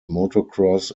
motocross